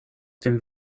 den